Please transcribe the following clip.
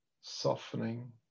softening